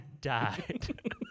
died